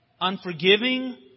unforgiving